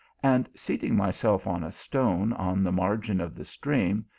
and seating myself on a stone on the margin of the stream,